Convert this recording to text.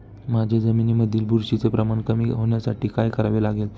माझ्या जमिनीमधील बुरशीचे प्रमाण कमी होण्यासाठी काय करावे लागेल?